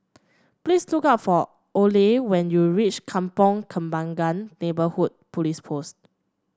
please look for Oley when you reach Kampong Kembangan Neighbourhood Police Post